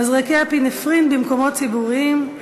מזרקי אפינפרין במקומות ציבוריים,